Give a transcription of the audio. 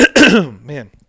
Man